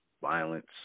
violence